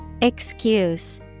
Excuse